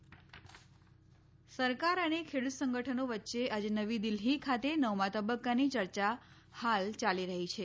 સરકાર ખેડૂત ચર્ચા સરકાર અને ખેડૂત સંગઠનો વચ્ચે આજે નવી દિલ્હી ખાતે નવમાં તબક્કાની ચર્ચા હાલ ચાલી રહી છે